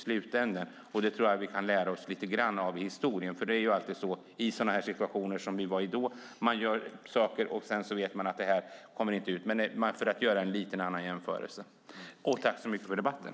Där tror jag att vi kan lära oss en del av historien. Man gör vissa saker i situationer som den vi då befann oss i, och sedan ser man att det inte faller väl ut. Jag tackar så mycket för debatten.